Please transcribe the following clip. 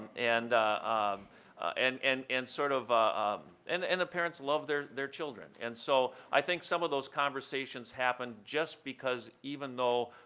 and and and and sort of ah and and the parents love their their children, and so i think some of those conversations happen just because, even though